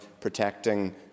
protecting